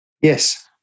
Yes